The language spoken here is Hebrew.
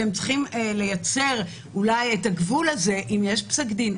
שהם צריכים לייצר את הגבול הזה אם יש פסק דין,